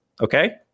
Okay